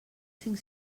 cinc